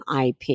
IP